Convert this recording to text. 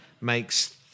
makes